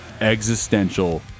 Existential